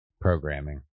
programming